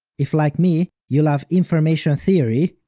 if like me, you love information theory,